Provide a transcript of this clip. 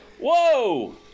Whoa